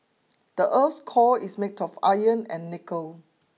the earth's core is made of iron and nickel